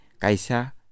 Kaisa